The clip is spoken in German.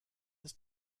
ist